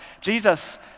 Jesus